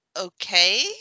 okay